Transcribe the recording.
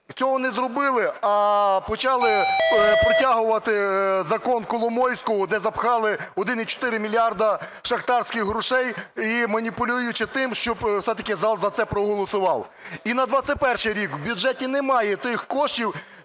цього не зробили, а почали протягувати "закон Коломойського", де запхали 1,4 мільярда шахтарських грошей, маніпулюючи тим, щоб все-таки зал за це проголосував. І на 21-й рік у бюджеті немає тих коштів,